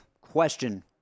question